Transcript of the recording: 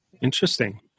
Interesting